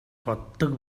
боддог